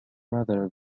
rather